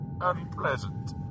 unpleasant